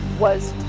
was